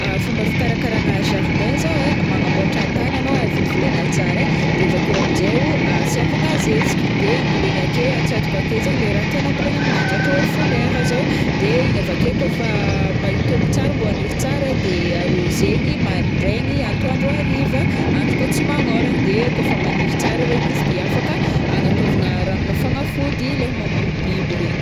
Fomba fikarakaragna jardin zao ai magnamboatra tany anao ai volovolaigna tsara ai de avakeo am'jay o asiavagna zezika de ambolegna ake, atsatoka ake zegny le raha tianao ambolegna aminanjy ohatra hoe folera zao de igny avake kaofa mba hitombo tsara mbô haniry tsara de arôzegny mandraigny, atoandro, hariva, andro koa tsy magnorana de kaofa maniry tsara regny izy de afaka agnataovana ranona fagnafody le mamono biby regny.